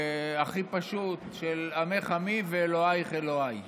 הכי פשוט, של "עמך עמי ואלהיך אלהי".